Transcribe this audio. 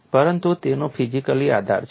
પરંતુ તેનો ફિઝિકલી આધાર છે